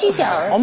car um